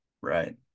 right